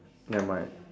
nevermind